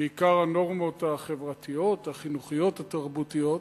בעיקר הנורמות החברתיות, החינוכיות, התרבותיות.